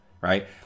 right